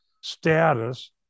status